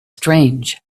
strange